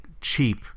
cheap